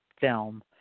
film